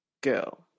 Girl